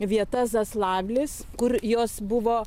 vieta zaslavlis kur jos buvo